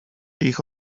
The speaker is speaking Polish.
ich